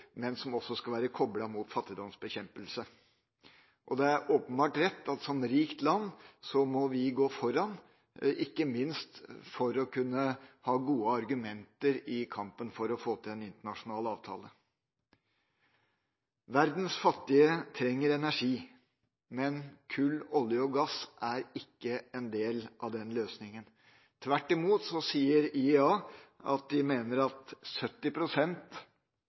men som også skal være koblet opp mot fattigdomsbekjempelse. Det er åpenbart rett at vi, som et rikt land, må gå foran – ikke minst for å kunne ha gode argumenter i kampen for å få til en internasjonal avtale. Verdens fattige trenger energi, men kull, olje og gass er ikke en del av den løsningen. Tvert imot – IEA, Det internasjonale energibyrået, mener at